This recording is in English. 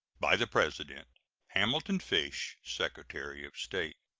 by the president hamilton fish, secretary of state.